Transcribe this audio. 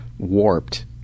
warped